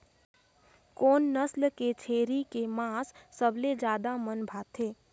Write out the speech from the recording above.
कोन नस्ल के छेरी के मांस सबले ज्यादा मन भाथे?